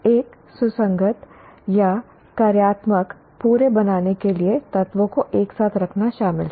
एक सुसंगत या कार्यात्मक पूरे बनाने के लिए तत्वों को एक साथ रखना शामिल है